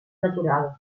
natural